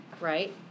right